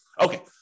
Okay